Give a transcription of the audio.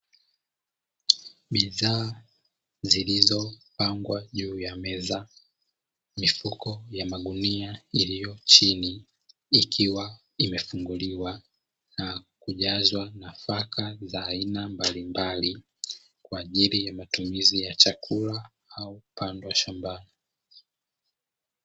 Bidhaa zilizopangwa juu ya meza. Mifuko ya magua iliyo chini ikiwa imefunguliwa na kujazwa nafaka za aina mbalimbali kwa ajili ya matumizi ya chakula au kupandwa shambani.